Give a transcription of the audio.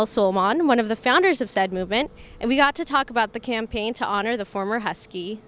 also modern one of the founders of said movement and we got to talk about the campaign to honor the former husky